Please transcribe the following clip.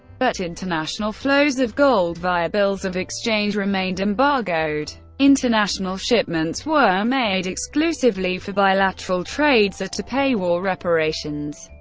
but international flows of gold via bills of exchange remained embargoed international shipments were made exclusively for bilateral trades or to pay war reparations.